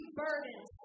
burdened